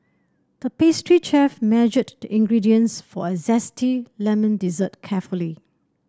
the pastry chef measured the ingredients for a zesty lemon dessert carefully